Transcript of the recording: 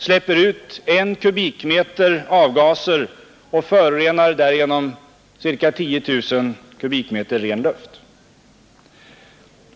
släpper ut en kubikmeter avgaser och förorenar därigenom ca 10 000 kubikmeter ren luft.